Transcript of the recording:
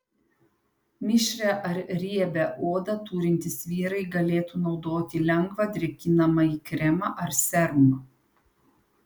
mišrią ar riebią odą turintys vyrai galėtų naudoti lengvą drėkinamąjį kremą ar serumą